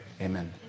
Amen